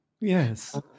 Yes